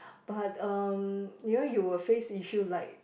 but um you know will face issue like